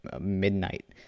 midnight